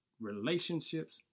relationships